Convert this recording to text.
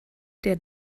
der